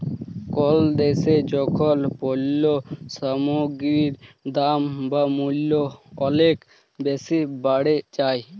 call দ্যাশে যখল পল্য সামগ্গির দাম বা মূল্য অলেক বেসি বাড়ে যায়